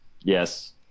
yes